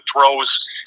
throws